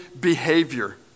behavior